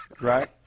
right